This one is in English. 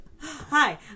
Hi